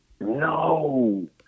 No